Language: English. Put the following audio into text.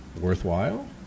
Worthwhile